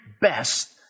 best